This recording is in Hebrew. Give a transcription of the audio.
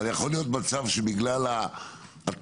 אבל יכול להיות מצב שבגלל התנאים